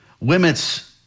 limits